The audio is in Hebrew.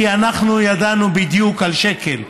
כי אנחנו ידענו בדיוק על השקל.